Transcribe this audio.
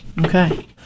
Okay